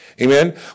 Amen